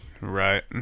right